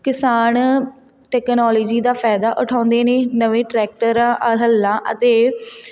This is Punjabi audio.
ਕਿਸਾਨ ਤੈਕਨੋਲਜੀ ਦਾ ਫਾਇਦਾ ਉਠਾਉਂਦੇ ਨੇ ਨਵੇਂ ਟਰੈਕਟਰਾਂ ਹੱਲਾਂ ਅਤੇ